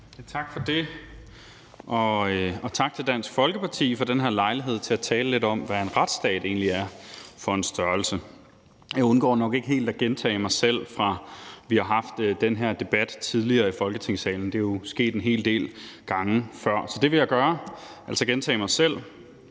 Tak for det, og tak til Dansk Folkeparti for den her lejlighed til at tale lidt om, hvad en retsstat egentlig er for en størrelse. Jeg undgår nok ikke helt at gentage mig selv, fra når vi tidligere haft den her debat i Folketingssalen. Det er jo sket en hel del gange før, så det vil jeg gøre, altså gentage mig selv.